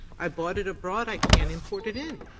i brought it abroad, i can't import it in.